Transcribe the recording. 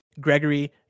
Gregory